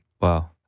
Wow